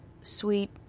sweet